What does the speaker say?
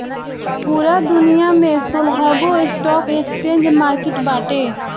पूरा दुनिया में सोलहगो स्टॉक एक्सचेंज मार्किट बाटे